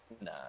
Nah